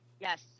Yes